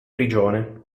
prigione